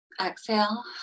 Exhale